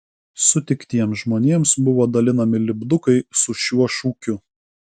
sutiktiems žmonėms buvo dalinami lipdukai su šiuo šūkiu